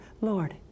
Lord